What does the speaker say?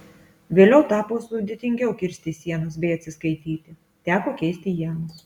vėliau tapo sudėtingiau kirsti sienas bei atsiskaityti teko keisti ienas